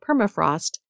permafrost